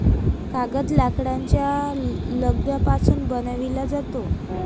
कागद लाकडाच्या लगद्यापासून बनविला जातो